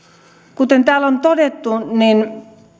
kuten täällä on todettu niin